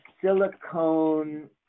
silicone